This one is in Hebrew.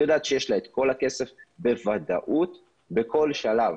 היא יודעת שיש לה כל הכסף בוודאות בכל שלב.